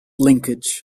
linkage